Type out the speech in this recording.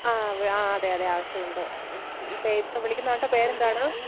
ആ ആ അതെ അതെ ആവശ്യമുണ്ട് ഇപ്പോൾ വിളിക്കുന്ന ആളുടെ പേരെന്താണ്